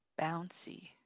bouncy